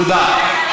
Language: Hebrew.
תודה.